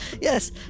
Yes